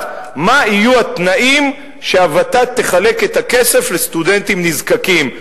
מה יהיו התנאים שלפיהם הות"ת תחלק את הכסף לסטודנטים נזקקים.